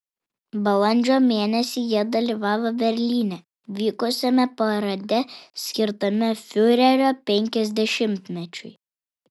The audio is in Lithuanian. balandžio mėnesį jie dalyvavo berlyne vykusiame parade skirtame fiurerio penkiasdešimtmečiui